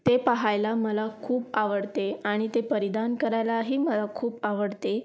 ते पहायला मला खूप आवडते आणि ते परिधान करायलाही मला खूप आवडते